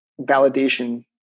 validation